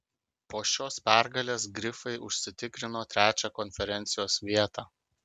po šios pergalės grifai užsitikrino trečią konferencijos vietą